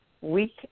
week